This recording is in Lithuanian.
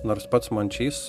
nors pats mončys